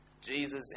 Jesus